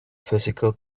physical